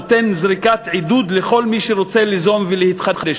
נותן זריקת עידוד לכל מי שרוצה ליזום ולהתחדש.